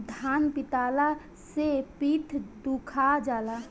धान पिटाला से पीठ दुखा जाला